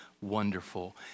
wonderful